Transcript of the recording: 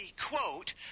Quote